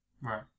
right